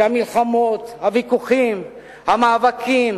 שהמלחמות, הוויכוחים, המאבקים